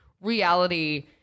reality